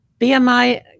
BMI